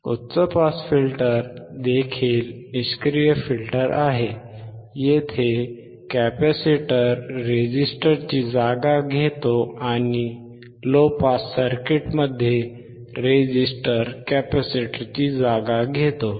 उच्च pass filter देखील निष्क्रिय फिल्टर आहे येथे कॅपेसिटर रेझिस्टरची जागा घेतो आणि लो पास सर्किटमध्ये रेझिस्टर कॅपेसिटरची जागा घेतो